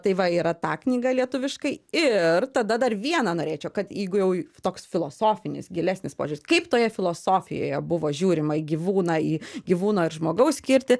tai va yra ta knyga lietuviškai ir tada dar vieną norėčiau kad jeigu jau toks filosofinis gilesnis požiūris kaip toje filosofijoje buvo žiūrima į gyvūną į gyvūno ir žmogaus skirtį